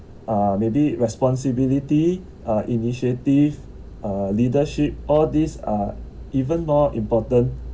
uh maybe responsibility uh initiative uh leadership all these are even more important